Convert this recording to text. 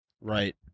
Right